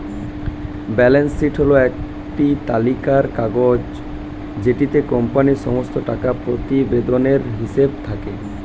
balance sheet হল একটি তালিকার কাগজ যেটিতে কোম্পানির সমস্ত টাকা প্রতিবেদনের হিসেব থাকে